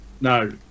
no